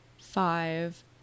five